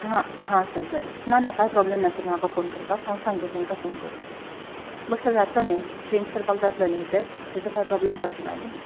हा हा सर बरें ना ना कांय प्रॉब्लम ना सर म्हाका फोन करपाक हांव सांगता तांकां फोन करून बट सर जातलो न्ही हेज चेंज करपाक जातलो न्ही एड्रॅस ताजो कांय प्रॉब्लम जावचे ना न्ही